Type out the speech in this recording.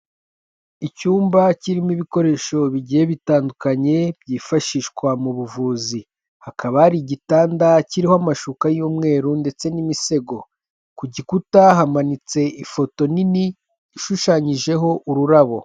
Icyumba kirimo ibikoresho bigiye bitandukanye byifashishwa mu buvuzi, hakaba hari igitanda kiriho amashuka y'umweru ndetse n'imisego, ku gikuta hamanitse ifoto nini ishushanyijeho ururabo.